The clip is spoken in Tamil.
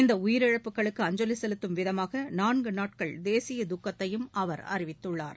இந்த உயிரிழப்புகளுக்கு அஞ்சலி செலுத்தும் விதமாக நான்கு நாட்கள் தேசிய துக்கத்தையும் அவர் அறிவித்துள்ளார்